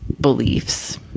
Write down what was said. beliefs